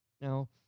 Now